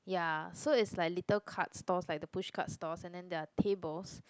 ya so it's like little cart stores like the push cart stores and then there are tables